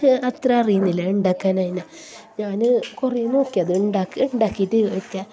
എനിക്ക് അത്ര അറിയുന്നില്ല ഉണ്ടാക്കാന് അതിനെ ഞാൻ കുറേ നോക്കി അത് ഉണ്ടാക്കി ഉണ്ടാക്കിയിട്ടു വയ്ക്കാന്